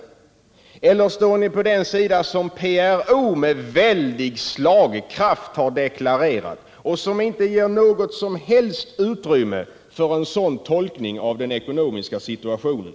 Eller står ni på den sida som PRO med väldig slagkraft har deklarerat och som inte ger något som helst utrymme för en sådan tolkning av den ekonomiska situationen?